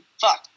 Fuck